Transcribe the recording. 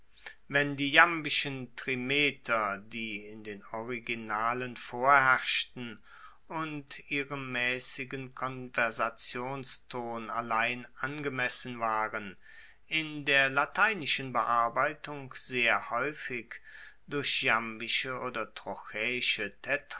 wenn die jambischen trimeter die in den originalen vorherrschten und ihrem maessigen konversationston allein angemessen waren in der lateinischen bearbeitung sehr haeufig durch jambische oder